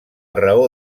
raó